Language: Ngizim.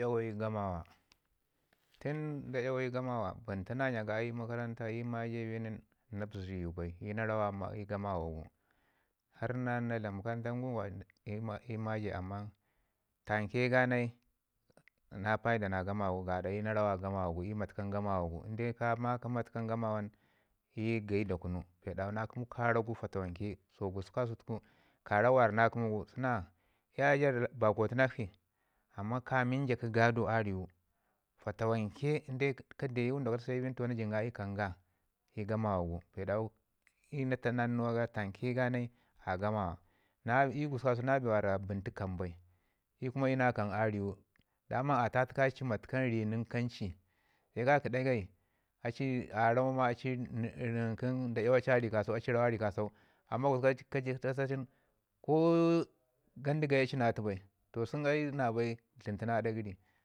Da yawayu i gamawa tən da yawayu gamawa i nia ga i makaranta i maje bi nin na bazu riwu bai, i yu na rawau amman i gamawa gu. Har na dlam tam guwa hi maye amman tamke ga nai na paida na gamawau gaɗa iyu na rawau a gamawa gu iyu matkam gamawa gu ka maka matkam- gamawa nin iyu ke gayi da kunu, bee mi wara na kəmu karak gu fatawanke su gusku kasau tuku karak mi na kəmu gu suna iyaye ja bakutunakshi amman kaminja kə gado a ri wu fata wanke ka deu i wunduwa ka ta seu iyu bi nin toh na cinga i kaam ga i gamawa gu bee dawu i na tadna nunuwa ga tamke ganai a gamawa. I gusgu yaye na bee mi wara bəntu kaam bai i kuma ina kəm a riwu. Da man tatəka ci matkam ri nin kaam ci, sai ka ki dagai a ci a ramau ma ci nən kə a ci matkam ri kasau amman gusku kacu ka tasa ci nin ko gandi gayi a ci na atu bai. Toh ai sun ai na bai dlam tuna aɗa gəri.